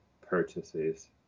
purchases